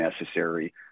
necessary